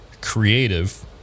creative